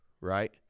right